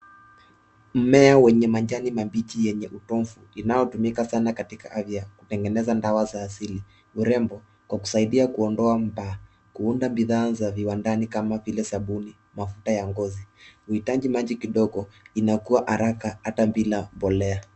Mmea wenye majani mabichi yenye utovu. Inayotumika sana katika afya kutengeneza dawa za asili, urembo kwa kusaidia kuondoa mbaa, kuunda bidhaa za viwandani kama sabuni, mafuta ya ngozi. Huhitaji maji kidogo, inakua haraka, hata bila mbolea.